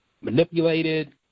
Manipulated